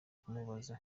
kumubaza